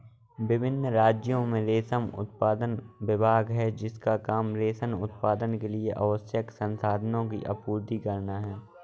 विभिन्न राज्यों में रेशम उत्पादन का विभाग है जिसका काम रेशम उत्पादन के लिए आवश्यक संसाधनों की आपूर्ति करना है